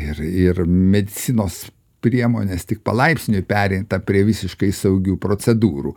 ir ir medicinos priemonės tik palaipsniui pereita prie visiškai saugių procedūrų